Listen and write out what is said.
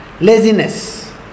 Laziness